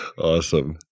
Awesome